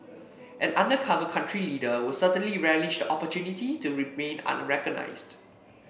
an undercover country leader would certainly relish the opportunity to remain unrecognised